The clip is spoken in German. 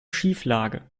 schieflage